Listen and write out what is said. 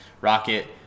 Rocket